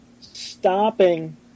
stopping